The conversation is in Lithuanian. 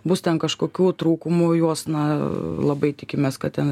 bus ten kažkokių trūkumų juos na labai tikimės kad ten